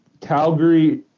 Calgary